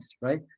right